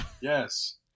Yes